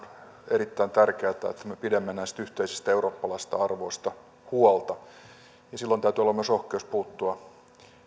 erittäin tärkeää että me pidämme näistä yhteisistä eurooppalaisista arvoista huolta ja silloin täytyy olla myös rohkeus puuttua